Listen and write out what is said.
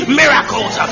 miracles